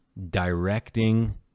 directing